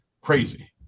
crazy